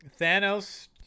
Thanos